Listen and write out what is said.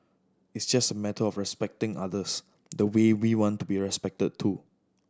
it's just a matter of respecting others the way we want to be respected too